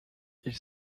ils